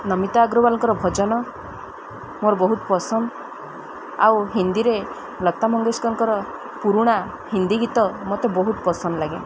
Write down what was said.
ନମିତା ଆଗ୍ରୱାଲଙ୍କର ଭଜନ ମୋର ବହୁତ ପସନ୍ଦ ଆଉ ହିନ୍ଦୀରେ ଲତା ମଙ୍ଗେଶକରଙ୍କର ପୁରୁଣା ହିନ୍ଦୀ ଗୀତ ମୋତେ ବହୁତ ପସନ୍ଦ ଲାଗେ